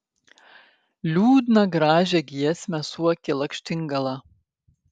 liūdną gražią giesmę suokė lakštingala